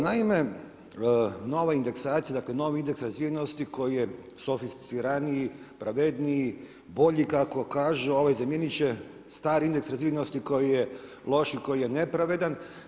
Naime, malo indeksaciju, dakle, novi indeks razvijenosti, koji je softiciraniji pravedniji, bolji kako kažu, zamijeniti će stari indeks razvijenosti, koji je loši koji je nepravedan.